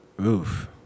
Oof